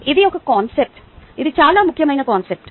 అది ఒక కాన్సెప్ట్ ఇది చాలా ముఖ్యమైన కాన్సెప్ట్